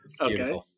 Okay